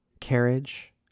carriage